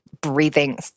breathing